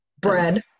bread